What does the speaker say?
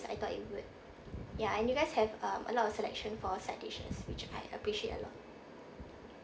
I thought it would ya and you guys have uh a lot of selection for side dishes which I appreciate a lot